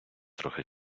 трохи